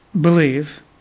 believe